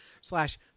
slash